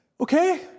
okay